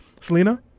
Selena